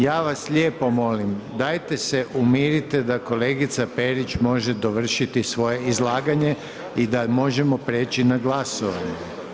Ja vas lijepo molim, dajte se umirite da kolegica Perić može dovršiti svoje izlaganje i da možemo prijeći na glasovanje.